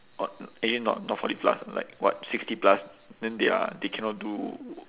what actually not not forty plus like what sixty plus then they are they cannot do